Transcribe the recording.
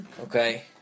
Okay